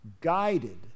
guided